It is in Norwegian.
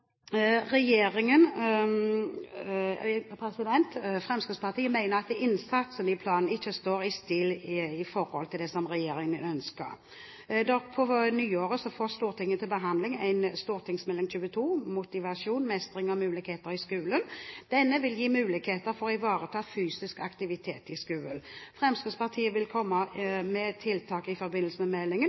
regjeringen ønsker. På nyåret får Stortinget til behandling Meld. St. 22 for 2010–2011 Motivasjon – Mestring – Muligheter. Denne vil gi muligheter for å ivareta fysisk aktivitet i skolen. Fremskrittspartiet vil komme med tiltak i forbindelse med meldingen,